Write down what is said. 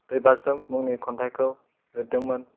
दैबाज्रुम मुंनि खन्थाइखौ लिरदोंमोन